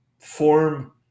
Form